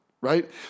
right